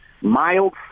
mild